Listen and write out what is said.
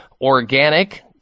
organic